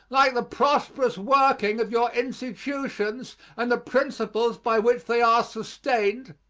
like the prosperous working of your institutions and the principles by which they are sustained,